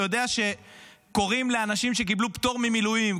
אתה יודע שקוראים לאנשים שקיבלו פטור ממילואים?